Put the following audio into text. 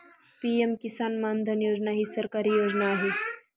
PM Kisan Maandhan Yojana ही सरकारी योजना आहे